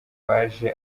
baje